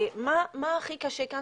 מה הכי קשה כאן?